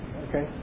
okay